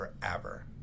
forever